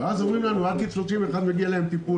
ואז אמרו לנו: עד גיל 31 מגיע להם טיפול,